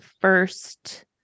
first